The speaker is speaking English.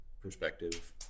perspective